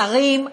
שרים,